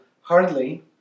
hardly